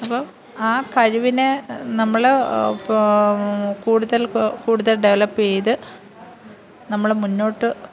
അപ്പം ആ കഴിവിനെ നമ്മൾ കൂടുതല് കൂടുതല് ഡെവലപ്പ് ചെയ്തു നമ്മൾ മുന്നോട്ട്